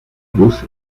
busch